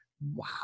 Wow